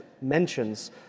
mentions